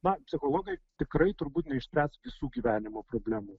na psichologai tikrai turbūt neišspręs visų gyvenimo problemų